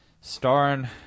starring